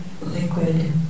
liquid